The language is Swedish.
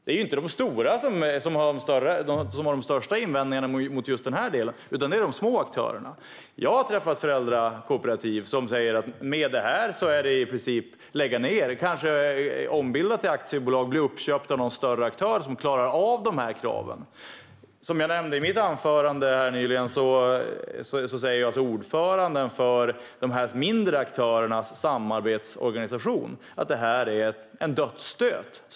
Det är inte de stora aktörerna som har de största invändningarna mot just den här delen, utan det är de små aktörerna. Jag har varit i kontakt med föräldrakooperativ som säger: Med det här förslaget blir det i princip att lägga ned verksamheten eller ombilda till aktiebolag och kanske bli uppköpt av någon större aktör som kan klara av de här kraven. Som jag nämnde i mitt anförande har ordföranden för de mindre aktörernas samarbetsorganisation sagt att detta är en dödsstöt.